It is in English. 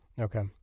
Okay